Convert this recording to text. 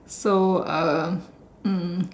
so uh mm